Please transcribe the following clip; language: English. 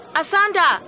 Asanda